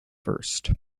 first